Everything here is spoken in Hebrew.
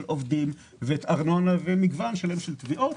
עובדים וארנונה ומגוון שלם של תביעות,